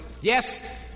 yes